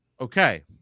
Okay